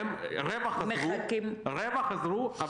רבע חזרו,